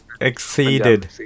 exceeded